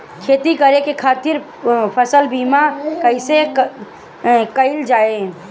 खेती करे के खातीर फसल बीमा कईसे कइल जाए?